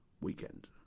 weekend